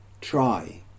Try